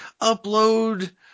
upload